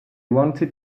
wanted